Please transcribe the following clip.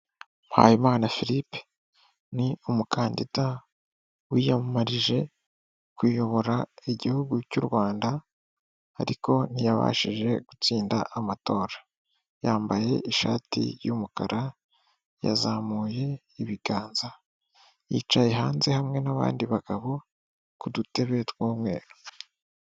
Mpayimana Firipe ni umukandida wiyamamarije kuyobora igihugu cy'u Rwanda, ariko ntiyabashije gutsinda amatora, yambaye ishati y'umukara yazamuye ibiganza yicaye hanze hamwe n'abandi bagabo ku dutebe tw'umweru.